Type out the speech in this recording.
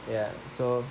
ya so